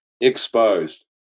Exposed